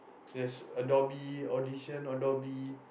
there's Adobe audition Adobe